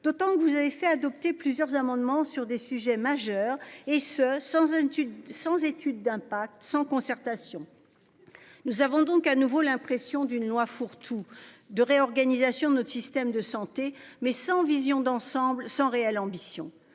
D'autant que vous avez fait adopter plusieurs amendements sur des sujets majeurs et ce sans un, sans étude d'impact sans concertation. Nous avons donc à nouveau l'impression d'une loi fourre-tout de réorganisation de notre système de santé, mais sans vision d'ensemble, sans réelle ambition